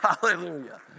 Hallelujah